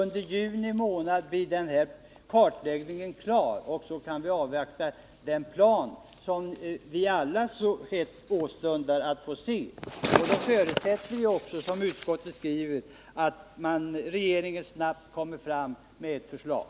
Under juni månad blir denna kartläggning klar, och då kan vi avvakta den plan som alla så hett åstundar att få se. Och då förutsätter vi också, som utskottet skriver, att regeringen snabbt kommer med förslag.